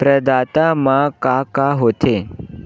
प्रदाता मा का का हो थे?